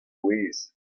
gwez